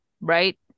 Right